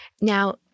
Now